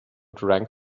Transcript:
drank